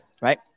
right